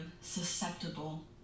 susceptible